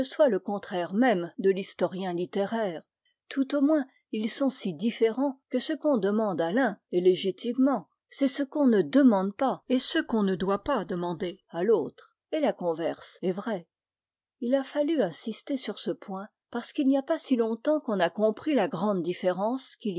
le contraire même de l'historien littéraire tout au moins ils sont si différents que ce qu'on demande à l'un et légitimement c'est ce qu'on ne demande pas et ce qu'on ne doit pas demander à l'autre et la converse est vraie il a fallu insister sur ce point parce qu'il n'y a pas si longtemps qu'on a compris la grande différence qu'il